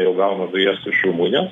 ir gauna dujas iš rumunijos